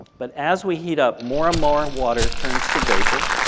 but as we heat up, more and more water turns to vapor,